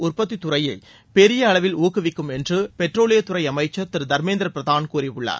உற்பத்தி துறையை பெரிய அளவில் ஊக்குவிக்கும் என்று பெட்ரோலியத்துறை அமைச்சர் திரு தர்மேந்திர பிரதான் கூறியுள்ளார்